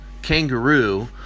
kangaroo